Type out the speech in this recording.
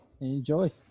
enjoy